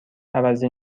عوضی